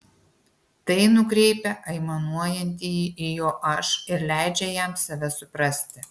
tai nukreipia aimanuojantįjį į jo aš ir leidžia jam save suprasti